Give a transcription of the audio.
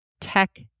tech